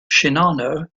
shinano